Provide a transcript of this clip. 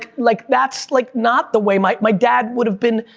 like that's like not the way, my my dad would've been,